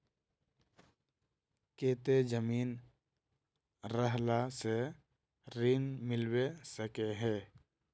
केते जमीन रहला से ऋण मिलबे सके है?